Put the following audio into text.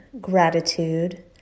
gratitude